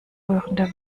rührende